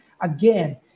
Again